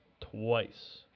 Twice